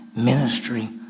ministry